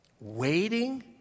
waiting